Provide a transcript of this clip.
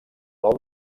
del